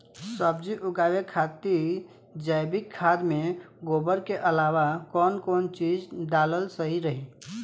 सब्जी उगावे खातिर जैविक खाद मे गोबर के अलाव कौन कौन चीज़ डालल सही रही?